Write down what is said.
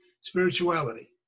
spirituality